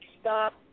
stop